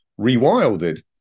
rewilded